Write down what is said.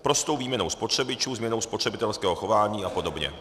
Prostou výměnou spotřebičů, změnou spotřebitelského chování a podobně.